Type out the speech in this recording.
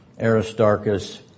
Aristarchus